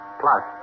plus